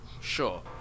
sure